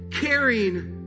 caring